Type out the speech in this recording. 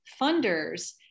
funders